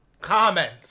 Comment